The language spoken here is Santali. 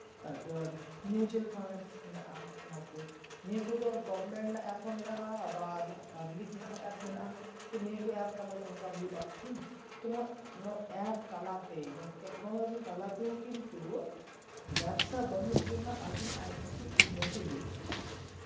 ᱛᱟᱨᱯᱚᱨ ᱢᱤᱭᱩᱪᱩᱭᱮᱞ ᱯᱷᱟᱱᱰ ᱢᱮᱱᱟᱜᱼᱟ ᱚᱱᱟ ᱠᱚ ᱱᱤᱭᱟᱹ ᱠᱚᱫᱚ ᱜᱚᱵᱷᱢᱮᱱᱴ ᱨᱮᱱᱟᱜ ᱦᱚᱸ ᱮᱯ ᱢᱮᱱᱟᱜᱼᱟ ᱟᱵᱟᱨ ᱯᱟᱵᱽᱞᱤᱠ ᱨᱮᱱᱟᱜ ᱦᱚᱸ ᱮᱯ ᱢᱮᱱᱟᱜᱼᱟ ᱛᱚ ᱱᱤᱭᱟᱹ ᱠᱚ ᱮᱯ ᱛᱟᱞᱟ ᱛᱮ ᱱᱚᱝᱠᱟ ᱦᱩᱭᱩᱜᱼᱟ ᱦᱩᱸ ᱛᱚ ᱱᱚᱣᱟ ᱮᱯ ᱛᱟᱞᱟᱛᱮ ᱱᱚᱣᱟ ᱴᱮᱠᱱᱳᱞᱳᱡᱤ ᱛᱟᱞᱟ ᱛᱮᱦᱚᱸ ᱠᱤᱱᱛᱩ ᱵᱮᱵᱽᱥᱟ ᱵᱟᱱᱤᱡᱽᱡᱚ ᱨᱮᱱᱟᱜ ᱟᱹᱰᱤ ᱟᱭᱢᱟ ᱜᱮ ᱩᱱᱱᱚᱛᱤ ᱦᱩᱭᱩᱜ ᱠᱟᱱᱟ